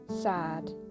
sad